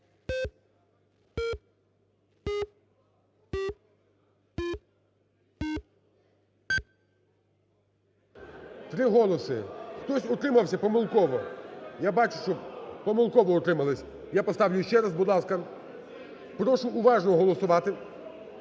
Три голоси. Хтось утримався помилково. Я бачу, що помилково утрималися. Я поставлю ще раз, будь ласка. Прошу уважно голосувати.